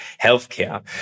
Healthcare